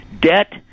debt